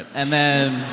and then.